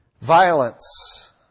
Violence